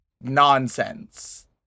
nonsense